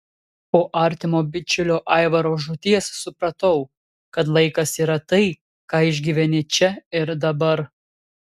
po artimo bičiulio aivaro žūties supratau kad laikas yra tai ką išgyveni čia ir dabar